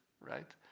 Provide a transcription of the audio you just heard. right